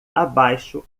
abaixo